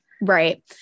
Right